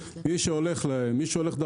אם אתה לומד הנדסאי גם משתתפים,